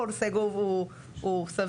הכל סגור והוא סביר,